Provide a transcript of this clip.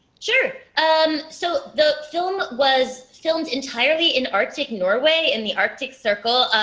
sure. um so, the film was filmed entirely in arctic norway, in the arctic circle.